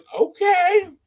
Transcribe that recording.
okay